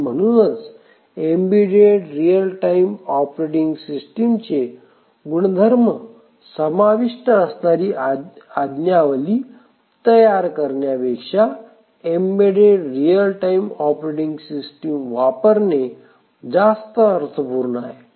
आणि म्हणूनच embedded real time operating सिस्टिमचे गुणधर्म समाविष्ट असणारी आज्ञावली तयार करण्यापेक्षा embedded real time operating system वापरणे जास्त अर्थपूर्ण आहे